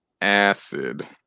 Acid